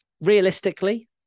Realistically